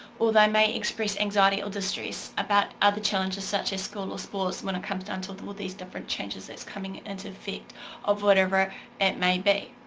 or they may express anxiety or distress about other challenges such as school or sports when it comes down to all these different changes that's coming into effect of whatever it may be.